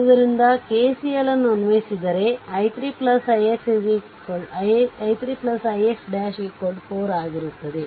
ಆದ್ದರಿಂದ node A ನಲ್ಲಿ KCL ಅನ್ನು ಅನ್ವಯಿಸಿದರೆ i3 ix ' 4 ಆಗಿತ್ತದೆ